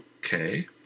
Okay